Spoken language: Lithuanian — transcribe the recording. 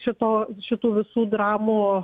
šito šitų visų dramų